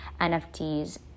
NFTs